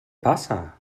passa